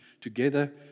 together